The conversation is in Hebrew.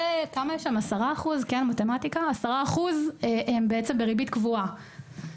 ו-10% הן בריבית קבועה.